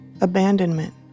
abandonment